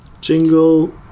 jingle